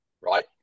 right